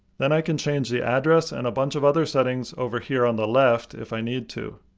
then i can change the address and a bunch of other settings over here on the left if i need to.